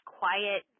quiet